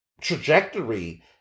trajectory